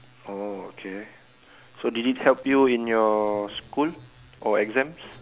oh okay so did it help you in your school or exams